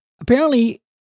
apparently-